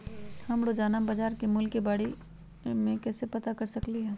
हम रोजाना बाजार के मूल्य के के बारे में कैसे पता कर सकली ह?